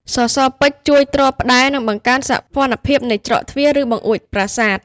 សសរពេជ្រជួយទ្រផ្តែរ និងបង្កើនសោភ័ណភាពនៃច្រកទ្វារ ឬបង្អួចប្រាសាទ។